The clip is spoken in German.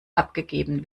abgegeben